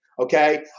okay